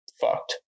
fucked